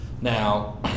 Now